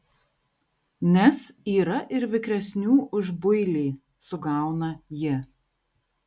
nes yra ir vikresnių už builį sugauna ji